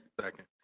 Second